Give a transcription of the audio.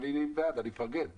אין לי בעיה, אני מפרגן לסיבים.